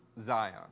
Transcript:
Zion